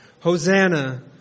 Hosanna